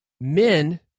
Men